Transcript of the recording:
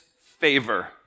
favor